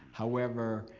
however,